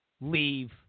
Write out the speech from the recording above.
leave